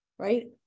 Right